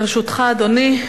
לרשותך, אדוני,